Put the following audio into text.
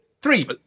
three